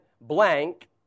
blank